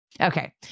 Okay